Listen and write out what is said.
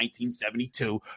1972